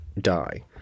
die